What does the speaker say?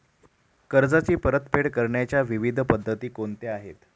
कर्जाची परतफेड करण्याच्या विविध पद्धती कोणत्या आहेत?